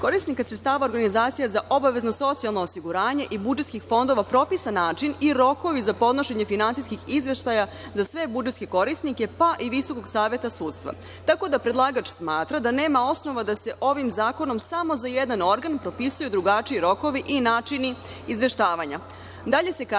korisnika sredstava organizacija za obavezno socijalno osiguranje i budžetskih fondova, propisan način i rokovi za podnošenje finansijskih izveštaja za sve budžetske korisnike, pa i Visokog saveta sudstva. Tako da, predlagač smatra da nema osnova da se ovim zakonom samo za jedan organ propisuju drugačiji rokovi i načini izveštavanja. Dalje